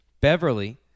Beverly